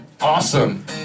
Awesome